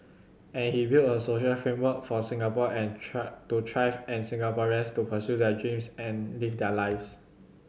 and he build a social framework for Singapore and try to thrive and Singaporeans to pursue their dreams and live their lives